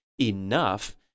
enough